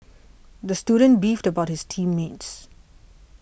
the student beefed about his team mates